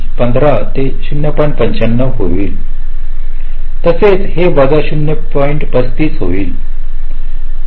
तसेच हे वजा 0